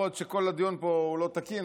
יכול להיות שכל הדיון פה הוא לא תקין,